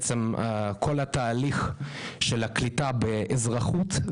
בעצם כל התהליך של הקליטה באזרחות,